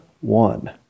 one